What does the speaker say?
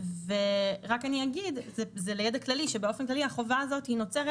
רק אגיד לידע כללי שבאופן כללי החובה הזאת נוצרת